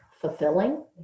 fulfilling